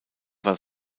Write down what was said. war